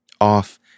off